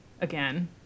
Again